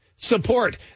Support